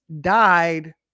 died